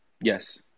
Yes